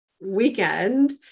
weekend